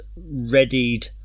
readied